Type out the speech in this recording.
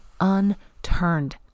unturned